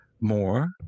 more